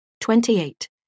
Twenty-eight